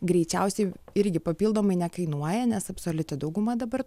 greičiausiai irgi papildomai nekainuoja nes absoliuti dauguma dabar